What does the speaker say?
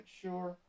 sure